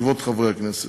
כבוד חברי הכנסת.